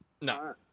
No